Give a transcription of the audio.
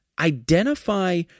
identify